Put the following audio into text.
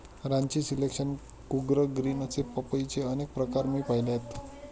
Ranchi selection, Coorg green असे पपईचे अनेक प्रकार मी पाहिले आहेत